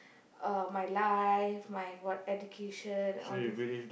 uh my life my what education and all these